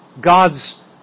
God's